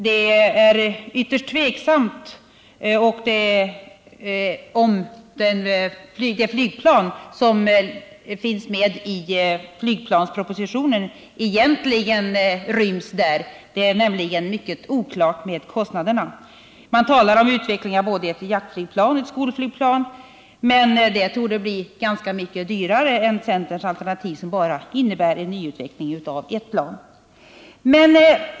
Det är ytterst tvivelaktigt om det flygplan som finns med i flygplanspropositionen egentligen ryms där, det är nämligen mycket oklart med kostnaderna. Man talar om utveckling av både ett jaktflygplan och ett skolflygplan, men det torde bli ganska mycket dyrare än centerns alternativ, som innebär nyutveckling av bara ett plan.